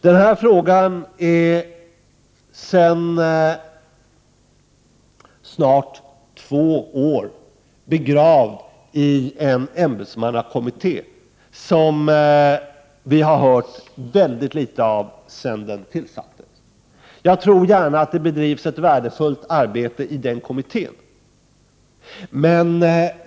Denna fråga är sedan snart två år tillbaka begravd i en ämbetsmannakommitté, som vi har hört mycket litet av sedan den tillsattes. Jag vill gärna tro att det bedrivs ett värdefullt arbete i den kommittén.